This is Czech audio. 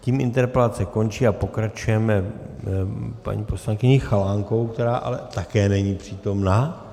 Tím interpelace končí a pokračujeme paní poslankyní Chalánkovou, která ale také není přítomna.